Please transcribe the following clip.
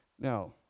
Now